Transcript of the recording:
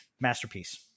Masterpiece